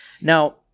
Now